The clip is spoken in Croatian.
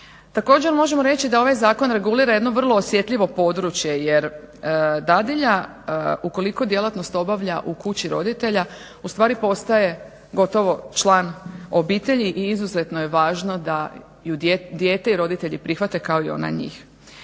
Također možemo reći da ovaj zakon regulira jedno vrlo osjetljivo područje, jer dadilja ukoliko djelatnost obavlja u kući roditelja u stvari postaje gotovo član obitelji i izuzetno je važno da ju dijete i roditelji prihvate kao i ona njih.